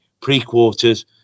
pre-quarters